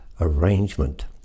arrangement